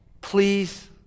please